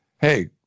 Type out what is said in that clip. Hey